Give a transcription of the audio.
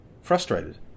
Frustrated